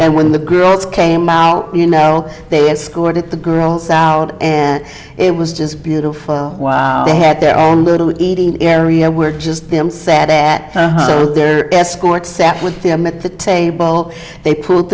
and when the girls came out you know they had scored at the girls out and it was just beautiful they had their own little eating area where just sat there escorts sat with them at the table they pu